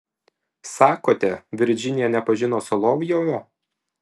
sakote virdžinija nepažino solovjovo